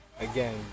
again